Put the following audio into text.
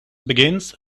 begins